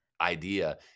idea